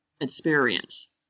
experience